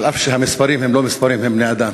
אף שהמספרים הם לא מספרים, הם בני-אדם.